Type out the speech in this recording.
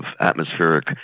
atmospheric